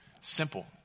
Simple